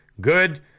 good